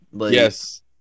Yes